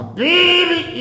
baby